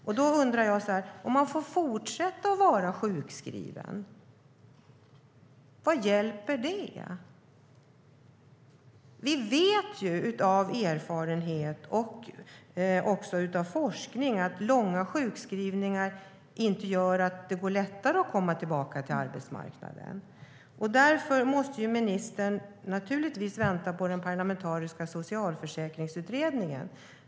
Ministern måste naturligtvis vänta på den parlamentariska socialförsäkringsutredningen.